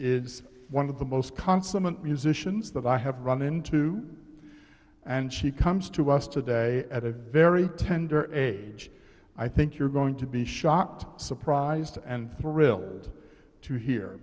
is one of the most consummate musicians that i have run into and she comes to us today at a very tender age i think you're going to be shocked surprised and thrilled to he